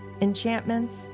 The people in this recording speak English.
Enchantments